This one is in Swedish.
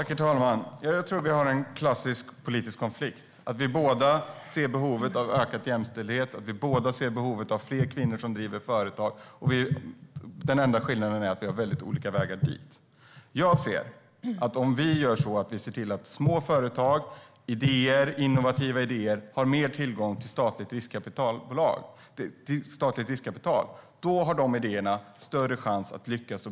Herr talman! Vi har en klassisk politisk konflikt här. Vi ser båda behovet av ökad jämställdhet och behovet av fler kvinnor som driver företag. Det enda skillnaden är att vi har olika vägar dit. Om vi ser till att små företag och innovativa idéer får större tillgång till statligt riskkapital, då har dessa idéer och företag större chans att lyckas.